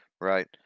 right